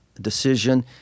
decision